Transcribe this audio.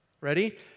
Ready